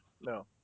no